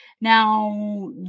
Now